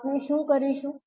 તો આપણે શું કરીશું